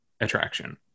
attraction